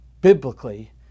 biblically